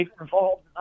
involved